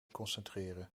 concentreren